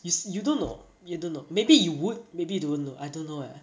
you se~ you don't know you don't know maybe you would maybe don't know I don't know eh